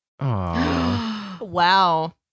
Wow